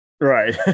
Right